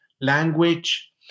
language